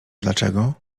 dlaczego